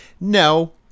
no